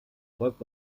folgt